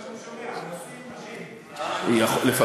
יפה שעה אחת קודם,